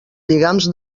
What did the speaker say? lligams